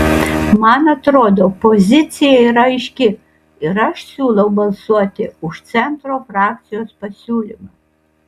man atrodo pozicija yra aiški ir aš siūlau balsuoti už centro frakcijos pasiūlymą